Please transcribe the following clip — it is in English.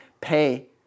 pay